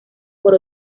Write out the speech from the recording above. por